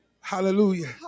Hallelujah